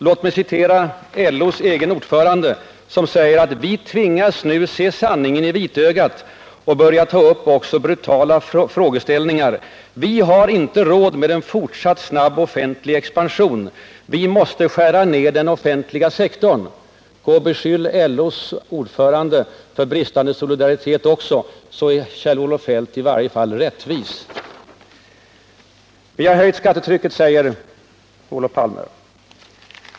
Låt mig citera LO:s egen ordförande, som säger att ”vi nu tvingas se sanningen i vitögat och börjar ta upp också brutala frågeställningar”. Han fortsätter: ”Vi har inte råd med en fortsatt snabb offentlig expansion.” Han menar att vi måste skära ner den offentliga sektorn. Beskyll också LO:s ordförande för bristande solidaritet, så är Kjell-Olof Feldt i varje fall rättvis! Den borgerliga regeringen har höjt skattetrycket, säger Olof Palme.